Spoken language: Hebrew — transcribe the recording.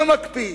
לא נקפיא.